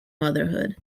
motherhood